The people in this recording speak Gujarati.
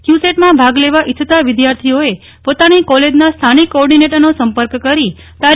કચુસેટમાં ભાગ લેવા ઇચ્છતા વિદ્યાર્થીઓએ પોતાની કોલેજના સ્થાનિક કોર્ડિનેટરનો સંપર્ક કરી તા